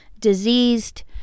diseased